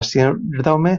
síndrome